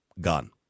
gone